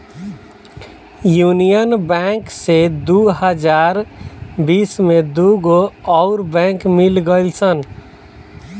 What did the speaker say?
union bank से दू हज़ार बिस में दूगो अउर बैंक मिल गईल सन